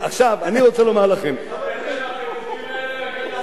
הוא יכול עם החיבוקים האלה להגיע לעשרה ילדים.